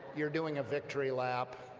you're doing a victory lap